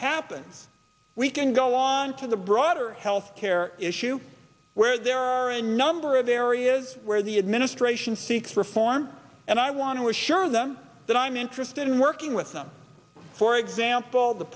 happens we can go on to the broader health care issue where there are a number of areas where the administration seeks reform and i want to assure them that i'm interested in working with them for example the